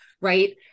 right